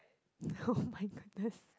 oh-my-goodness